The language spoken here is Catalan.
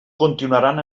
continuaran